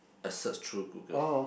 I search through Google